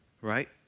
right